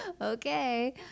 okay